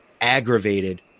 aggravated